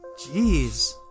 Jeez